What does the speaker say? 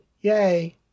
yay